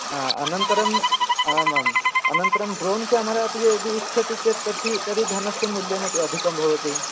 हा अनन्तरम् आमाम् अनन्तरं ड्रोन् क्यामरा अपि यदि इच्छति चेत् तत्ति तर्हि तरि धनस्य मूल्यमपि अधिकं भवति